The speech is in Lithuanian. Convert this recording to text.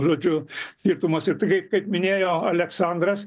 žodžiu skirtumas ir tikrai kaip minėjo aleksandras